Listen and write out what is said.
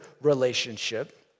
relationship